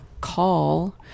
call